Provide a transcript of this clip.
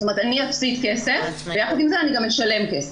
זאת אומרת אני אפסיד כסף ויחד עם זה אני גם אשלם כסף.